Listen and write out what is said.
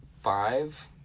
five